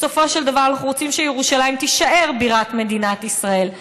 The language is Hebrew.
בסופו של דבר אנחנו רוצים שירושלים תישאר בירת מדינת ישראל,